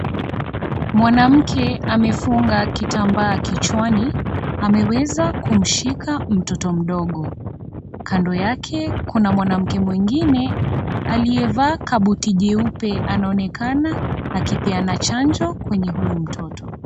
Mwanamke amefunga kitambaa kichwani, ameweza kumshika mtoto mdogo kando yake kuna mwanamke mwingin aliyevaa kabuti jeupe anaonekana akilpeana chanjo kwa huyu mtoto .